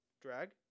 drag